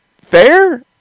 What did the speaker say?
fair